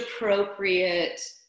appropriate